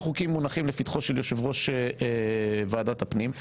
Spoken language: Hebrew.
חוקים מונחים לפתחו של יושב-ראש ועדת הפנים.